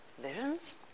Visions